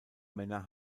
männer